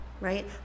right